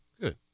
good